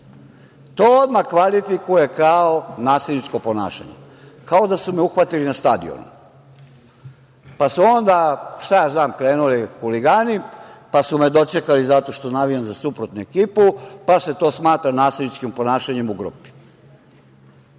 to odmah kvalifikuje kao nasilničko ponašanje, kao da su me uhvatili na stadionu, pa su onda krenuli huligani, pa su me dočekali zato što navijam za suprotnu ekipu, pa se to smatra nasilničkim ponašanjem u grupi.